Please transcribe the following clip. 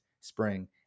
spring